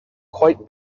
quite